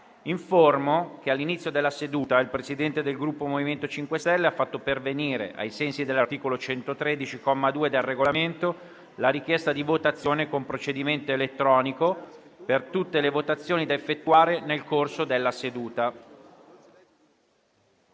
che all'inizio della seduta il Presidente del Gruppo MoVimento 5 Stelle ha fatto pervenire, ai sensi dell'articolo 113, comma 2, del Regolamento, la richiesta di votazione con procedimento elettronico per tutte le votazioni da effettuare nel corso della seduta.